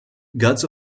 gods